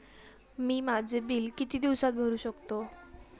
मी माझे बिल किती दिवसांत भरू शकतो?